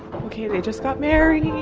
okay they just got married